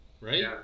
right